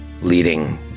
leading